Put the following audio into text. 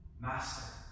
Master